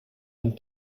and